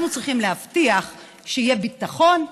אנחנו צריכים להבטיח שיהיה ביטחון,